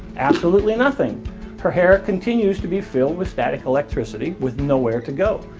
absolutely nothing her hair continues to be filled with static electricity with no where to go.